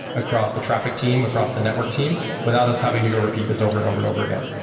across the traffic team, across the network team without us having to go repeat this over and over and over again?